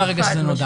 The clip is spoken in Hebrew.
ברגע שזה נודע.